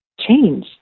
change